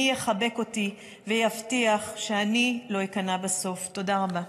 מי יחבק אותי / ויבטיח שאני לא אכנע בסוף?" תודה רבה.